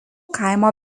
kaimo